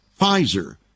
Pfizer